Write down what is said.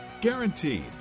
Guaranteed